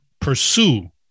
pursue